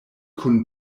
kun